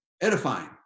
edifying